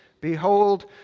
Behold